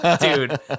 dude